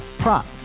prop